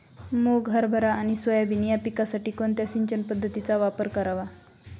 मुग, हरभरा आणि सोयाबीन या पिकासाठी कोणत्या सिंचन पद्धतीचा वापर करावा?